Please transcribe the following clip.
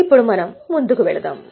ఇప్పుడు మనం ముందుకు వెళ్దాం